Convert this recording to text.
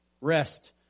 rest